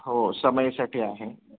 हो समईसाठी आहे